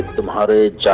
the water